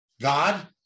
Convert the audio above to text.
God